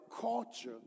culture